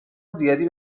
زیادی